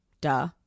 duh